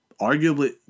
arguably –